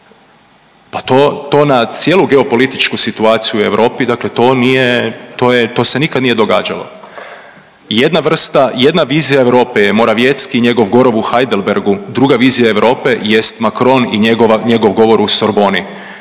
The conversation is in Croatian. Pa to na cijelu geopolitičku situaciju u Europi, dakle to nije to se nikad nije događalo. Jedna vrsta, jedna vizija Europe je Morawieckom i njegov govor u Heidelbergu druga vizija Europe jest Macron i njegov govor u Sorboni.